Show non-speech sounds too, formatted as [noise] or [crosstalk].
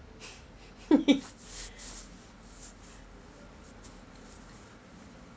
[laughs]